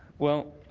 well,